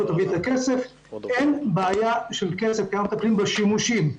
נביא את הכסף: אין בעיה של כסף כי אנחנו מטפלים בשימושים.